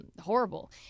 Horrible